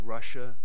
Russia